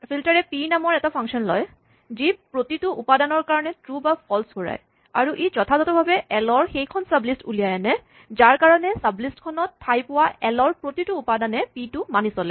filter A P নামৰ এটা function লয় যি প্ৰতিটো উপাদানৰ কাৰণে ট্ৰো বা ফল্চ ঘূৰায় আৰু ই যথাযথ ভাৱে এল ৰ সেইখন চাবলিষ্ট উলিয়াই আনে যাৰ কাৰণে চাবলিষ্ট খনত ঠাই পোৱা এল ৰ প্ৰতিটো উপাদানে পি টো মানি চলে